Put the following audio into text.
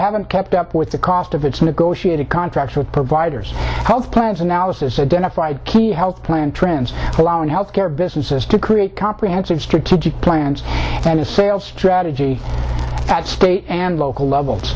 haven't kept up with the cost of its negotiated contracts with providers health plans analysis identified key health plan trends in health care businesses to create comprehensive strategic plans and a sales strategy at state and local levels